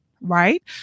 right